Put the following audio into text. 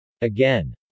Again